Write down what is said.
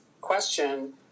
question